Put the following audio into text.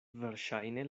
verŝajne